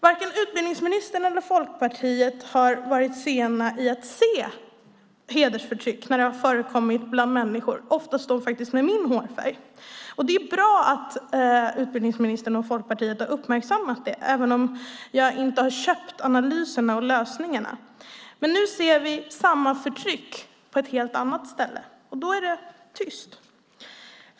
Varken utbildningsministern eller Folkpartiet har varit sena i att se hedersförtryck när det har förekommit bland människor, oftast med min hårfärg. Det är bra att utbildningsministern och Folkpartiet har uppmärksammat det även om jag inte har köpt analysen och lösningarna. Men nu ser vi samma förtryck på ett helt annat ställe, och då är det tyst.